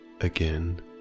again